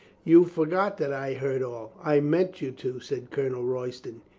you forget that i heard all. i meant you to, said colonel royston.